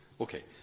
okay